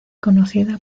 conocida